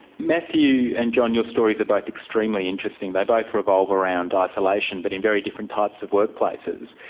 matthew and john, your stories are both extremely interesting. they both revolve around isolation, but in very different types of workplaces.